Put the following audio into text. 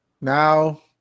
Now